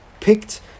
picked